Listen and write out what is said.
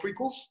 prequels